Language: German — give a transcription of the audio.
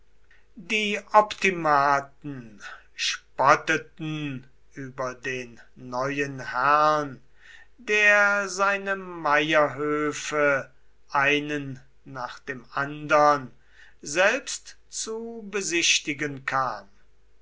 die optimaten spotteten über den neuen herrn der seine meierhöfe einen nach dem andern selbst zu besichtigen kam